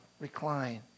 recline